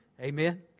Amen